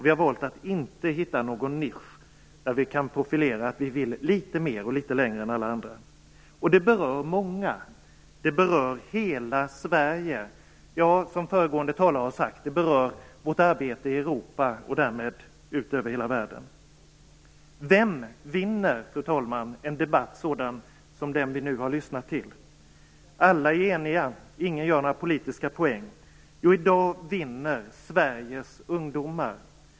Vi har valt att inte hitta någon nisch där vi kan profilera oss som att vi kan och vill litet mera än alla andra. Detta berör många. Det berör hela Sverige. Som föregående talare sade berör det också vårt arbete i Europa och därmed i hela världen. Vem, fru talman, vinner en sådan debatt som den vi nu har lyssnat till? Alla är eniga. Ingen försöker att ta hem några politiska poänger. Jo, i dag vinner Sveriges ungdomar.